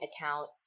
account